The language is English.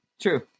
True